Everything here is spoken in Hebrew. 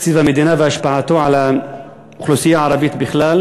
תקציב המדינה והשפעתו על האוכלוסייה הערבית בכלל,